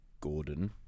Gordon